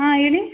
ಹಾಂ ಹೇಳಿ